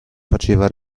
faceva